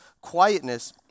quietness